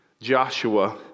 Joshua